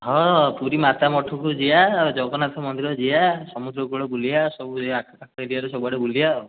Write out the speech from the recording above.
ହଁ ପୁରୀ ମାତାମଠକୁ ଯିବା ଜଗନ୍ନାଥ ମନ୍ଦିର ଯିବା ସମୁଦ୍ରକୂଳ ବୁଲିବା ସବୁ ଏହି ଆଖାପାଖ ଏରିଆରେ ସବୁ ଆଡ଼େ ବୁଲିବା ଆଉ